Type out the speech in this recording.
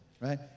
Right